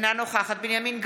אינה נוכחת בנימין גנץ,